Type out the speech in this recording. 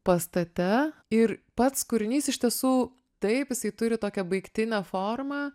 pastate ir pats kūrinys iš tiesų taip jisai turi tokią baigtinę formą